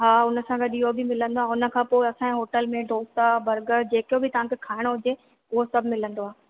हा उनसां गॾु इयो बि मिलंदो आहे उन खां पोइ असांजे होटल में डोसा बर्गर जेको बि तव्हांखे खाइणो हुजे उहो सभु मिलंदो आहे